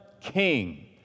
king